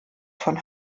von